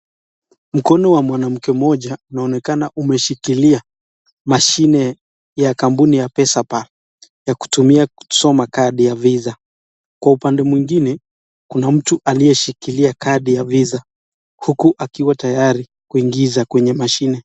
Mkono wa mwanamke mmoja unaonekana umeshikilia mashine ya kutoka kampuni ya pesapal, kwa kutumia katika kadi ya visa kwa upande mwingine, kuna mtu aliyeshililia kadi ya visa huku akiwa tayari kuingiza kwenye mashine.